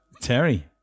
Terry